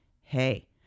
hey